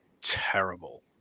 terrible